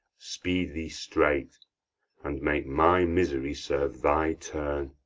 speed thee straight and make my misery serve thy turn